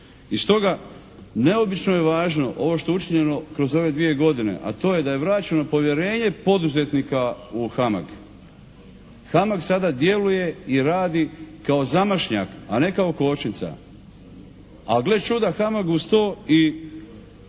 I stoga neobično je važno ovo što je učinjeno kroz ove dvije godine, a to je da je vraćeno povjerenje poduzetnika u HAMAG. HAMAG sada djeluje i radi kao zamašnjak, a ne kao kočnica. A gle čuda, HAMAG uz to i